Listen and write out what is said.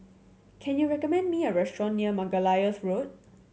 can you recommend me a restaurant near Margoliouth Road